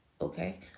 okay